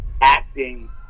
acting